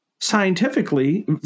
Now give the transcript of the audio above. scientifically